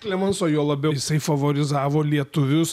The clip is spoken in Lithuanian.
klemonso juo labiau jisai favorizavo lietuvius